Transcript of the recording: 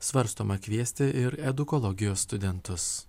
svarstoma kviesti ir edukologijos studentus